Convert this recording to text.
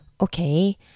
okay